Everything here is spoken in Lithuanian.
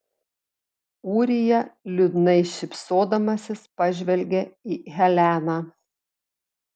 ūrija liūdnai šypsodamasis pažvelgė į heleną